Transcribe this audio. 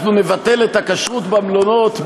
אנחנו נבטל את הכשרות במלונות,